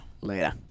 Later